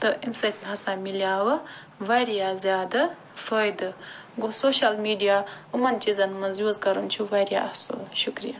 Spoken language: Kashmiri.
تہٕ اَمہِ سۭتۍ ہَسا میلاو وارِیاہ زیادٕ فٲیدٕ گوٚو سوشل میٖڈِیا یِمن چیٖزن منٛز یوٗز کَرُن چھُ وارِیاہ اصٕل شُکریہ